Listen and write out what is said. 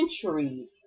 centuries